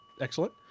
excellent